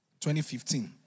2015